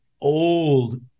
old